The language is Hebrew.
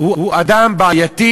הוא אדם בעייתי,